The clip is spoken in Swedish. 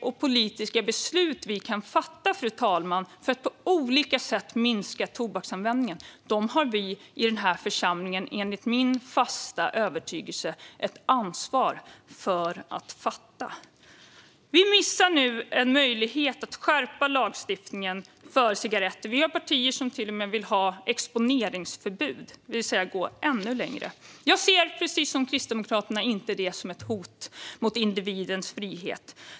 De politiska beslut vi kan fatta för att på olika sätt minska tobaksanvändningen har vi i denna församling, enligt min fasta övertygelse, ett ansvar för att fatta. Vi missar nu en möjlighet att skärpa lagstiftningen i fråga om cigaretter. Det finns partier som till och med vill ha exponeringsförbud, det vill säga gå ännu längre. Precis som Kristdemokraterna ser jag inte det som ett hot mot individens frihet.